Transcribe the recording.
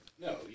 No